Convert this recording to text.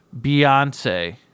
Beyonce